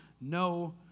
no